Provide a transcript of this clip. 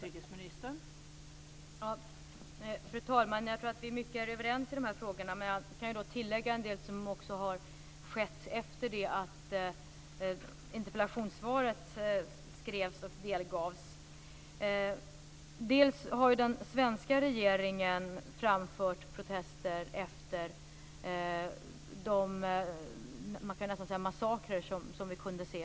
Fru talman! Jag tror att vi i mycket är överens i dessa frågor, men jag kan tillägga en del som har skett efter det att interpellationssvaret skrevs och delgavs interpellanten. Den svenska regeringen har framfört protester efter de massakrer - man kan nästan kalla det så - som vi kunde se.